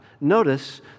Notice